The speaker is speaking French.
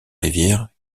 rivière